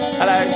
Hello